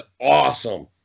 awesome